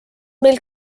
meil